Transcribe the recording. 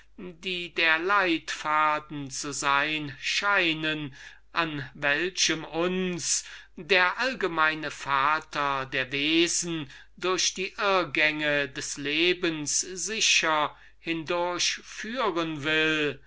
welche der leitfaden zu sein scheinen an welchem uns der allgemeine vater der wesen durch diesen labyrinth des lebens sicher hindurchführen will